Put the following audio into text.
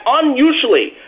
unusually